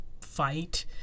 fight